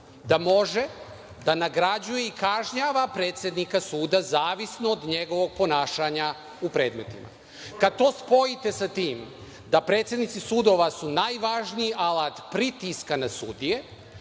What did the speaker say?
da može da nagrađuje i kažnjava predsednika suda zavisno od njegovog ponašanja u predmetima. Kada to spojite sa tim da su predsednici sudova najvažniji alat pritiska na sudije,